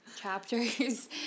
chapters